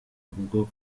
bwo